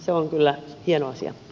se on kyllä hieno asia